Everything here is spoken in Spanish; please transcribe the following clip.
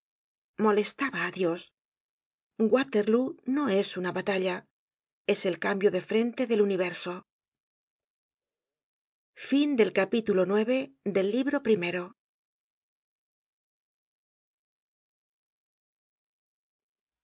molestaba á dios waterlóo no es una batalla es el cambio de frente del universo